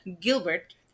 gilbert